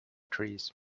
trees